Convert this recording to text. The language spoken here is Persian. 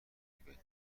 بهترین